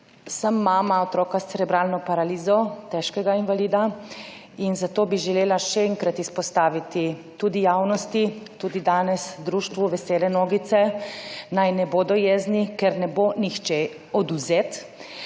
sem mama otroka s cerebralno paralizo, težkega invalida, zato bi želela še enkrat izpostaviti tudi javnosti, tudi danes društvu Vesele nogice, naj ne bodo jezni, ker ne bo nikomur odvzeto.